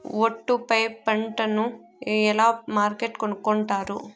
ఒట్టు పై పంటను ఎలా మార్కెట్ కొనుక్కొంటారు?